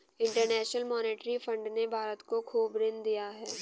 international Monetary Fund ने भारत को खूब ऋण दिया है